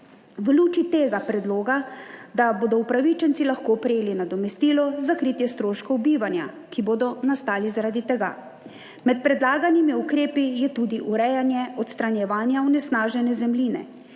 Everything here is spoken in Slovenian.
luči tega predloga, da bodo upravičenci lahko prejeli nadomestilo za kritje stroškov bivanja, ki bodo nastali, zaradi tega. Med predlaganimi ukrepi je tudi urejanje odstranjevanja onesnažene zemljine,